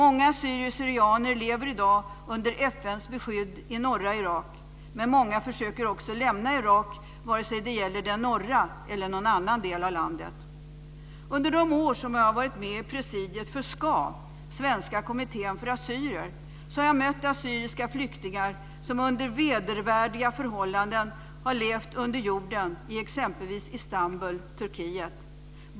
Många assyrier/syrianer lever i dag under FN:s beskydd i norra Irak, men många försöker också lämna Irak, oavsett om de kommer från den norra delen eller någon annan del av landet. Under de år som jag varit med i presidiet för SKA, Svenska Kommittén för Assyrier, har jag mött assyriska flyktingar som under vedervärdiga förhållanden har levt under jorden i exempelvis Istanbul, Turkiet.